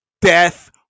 Death